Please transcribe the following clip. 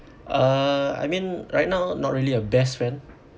uh I mean right now not really a best friend